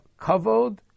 kavod